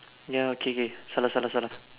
ya K K salah salah salah